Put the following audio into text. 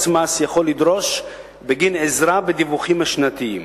מס יכול לדרוש בגין עזרה בדיווחים השנתיים: